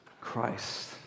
Christ